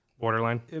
borderline